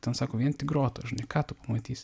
ten sako vien tik grotąos žinai ką tu pamatysi